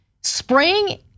spraying